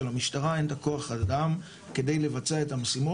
שלמשטרה אין את הכוח אדם כדי לבצע את המשימות